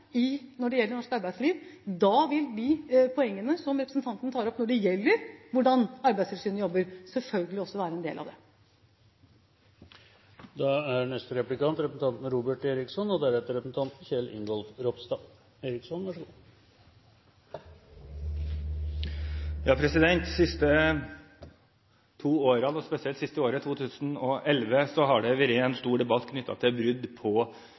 når det gjelder norsk arbeidsliv. Da vil de poengene som representanten tar opp når det gjelder hvordan Arbeidstilsynet jobber, selvfølgelig også være en del av det.